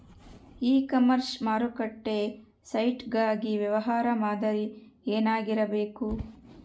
E commerce ಮಾರುಕಟ್ಟೆ site ಗಾಗಿ ವ್ಯವಹಾರ ಮಾದರಿ ಏನಾಗಿರಬೇಕು?